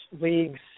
leagues